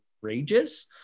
courageous